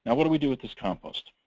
and what do we do with this compost?